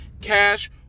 Cash